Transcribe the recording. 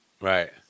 Right